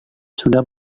sudah